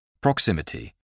Proximity